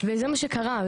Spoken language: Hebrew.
וזה מה שקרה.